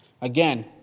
again